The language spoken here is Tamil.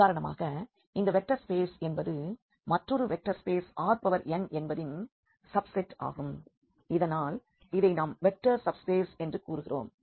உதாரணமாக இந்த வெக்டர் ஸ்பேஸ் என்பது மற்றொரு வெக்டர் ஸ்பேஸ் Rnஎன்பதின் சப்செட் ஆகும் அதனால் இதை நாம் வெக்டர் சப்ஸ்பேஸ் என்று கூறுகிறோம்